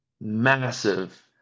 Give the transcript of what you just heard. massive